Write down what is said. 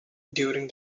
during